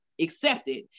accepted